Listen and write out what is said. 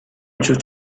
should